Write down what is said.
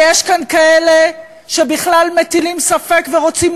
ויש כאן כאלה שבכלל מטילים ספק ורוצים